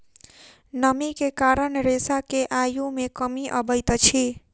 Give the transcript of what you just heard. नमी के कारण रेशा के आयु मे कमी अबैत अछि